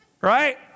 Right